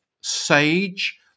sage